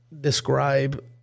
describe